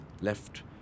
Left